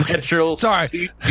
sorry